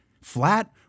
flat